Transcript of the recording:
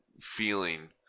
feeling